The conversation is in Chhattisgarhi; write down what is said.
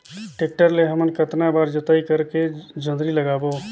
टेक्टर ले हमन कतना बार जोताई करेके जोंदरी लगाबो?